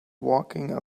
walking